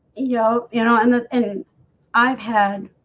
you know, you know, and then i've had